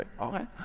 Okay